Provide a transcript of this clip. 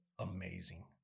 amazing